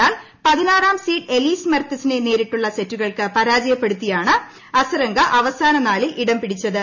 എന്നാൽ പതിനാറാം seed Elise മെർത്തേൻസിനെ നേരിട്ടുള്ള സെറ്റുകൾക്ക് പരാജയപ്പെടുത്തിയാണ് അസരങ്ക അവസാന നാലിൽ ഇടംപിടിച്ചത്